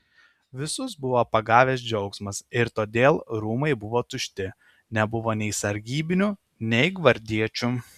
visus buvo pagavęs džiaugsmas ir todėl rūmai buvo tušti nebuvo nei sargybinių nei gvardiečių